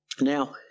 Now